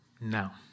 now